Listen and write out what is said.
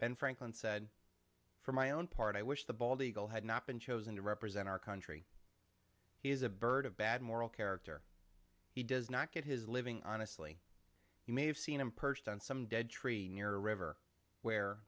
and franklin said for my own part i wish the bald eagle had not been chosen to represent our country he is a bird of bad moral character he does not get his living honestly you may have seen him perched on some dead tree near a river where